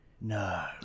No